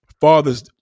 fathers